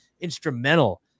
instrumental